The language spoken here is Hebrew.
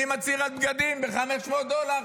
מי מצהיר על בגדים ב-500 דולר?